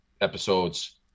episodes